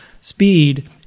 speed